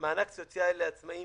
מענק סוציאלי לעצמאים,